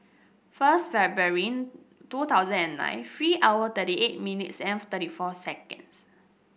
first February two thousand and nine three hour thirty eight minutes and thirty four seconds